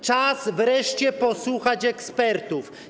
Czas wreszcie posłuchać ekspertów.